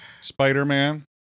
Spider-Man